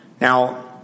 Now